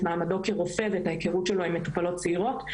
מעמדו כרופא ואת ההיכרות שלו עם מטופלות צעירות,